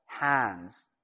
Hands